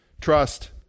trust